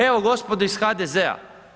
Evo, gospodo iz HDZ-a.